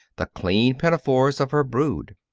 the clean pinafores of her brood.